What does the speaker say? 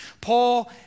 Paul